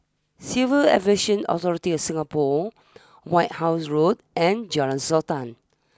Civil Aviation Authority of Singapore White house Road and Jalan Sultan